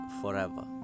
forever